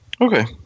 okay